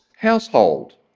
Household